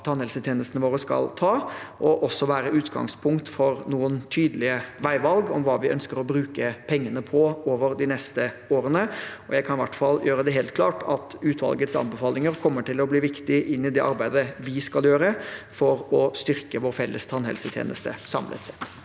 tannhelsetjenestene våre skal ta, og også være utgangspunkt for noen tydelige veivalg om hva vi ønsker å bruke pengene på over de neste årene. Jeg kan i hvert fall gjøre det helt klart at utvalgets anbefalinger kommer til å bli viktige inn i det arbeidet vi skal gjøre for å styrke vår felles tannhelsetjeneste samlet sett.